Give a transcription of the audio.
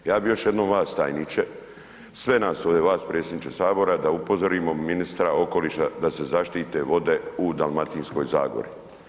Ja bi još jednom vas tajniče, sve nas ovdje, vas predsjedniče Sabora, da upozorimo ministra okoliša da se zaštite vode u Dalmatinskoj zagori.